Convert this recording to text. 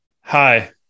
Hi